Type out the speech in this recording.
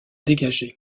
dégager